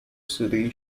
city